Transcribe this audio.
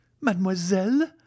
Mademoiselle